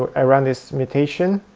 i run this mutation,